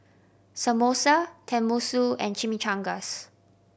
Samosa Tenmusu and Chimichangas